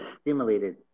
stimulated